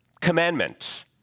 commandment